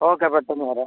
okay പെട്ടെന്ന് തരാം